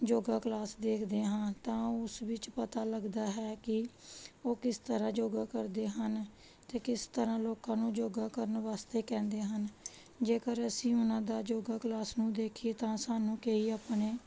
yoga class ਦੇਖਦੇ ਹਾਂ ਤਾਂ ਉਸ ਵਿੱਚ ਪਤਾ ਲੱਗਦਾ ਹੈ ਕਿ ਉਹ ਕਿਸ ਤਰ੍ਹਾਂ ਯੋਗਾ ਕਰਦੇ ਹਨ ਅਤੇ ਕਿਸ ਤਰ੍ਹਾਂ ਲੋਕਾਂ ਨੂੰ ਯੋਗਾ ਕਰਨ ਵਾਸਤੇ ਕਹਿੰਦੇ ਹਨ ਜੇਕਰ ਅਸੀਂ ਉਹਨਾਂ ਦਾ ਯੋਗਾ ਕਲਾਸ ਨੂੰ ਦੇਖੀਏ ਤਾਂ ਸਾਨੂੰ ਕਈ ਆਪਣੇ